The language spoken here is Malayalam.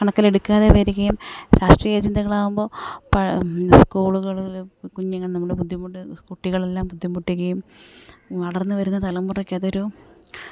കണക്കിലെടുക്കാതെ വരികയും രാഷ്ട്രീയ ചിന്തകളാകുമ്പോൾ സ്കൂളുകളിലും കുഞ്ഞുങ്ങൾ നമ്മുടെ ബുദ്ധിമുട്ട് കുട്ടികളെല്ലാം ബുദ്ധിമുട്ടുകയും വളർന്നു വരുന്ന തലമുറക്കതൊരു